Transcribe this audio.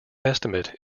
estimate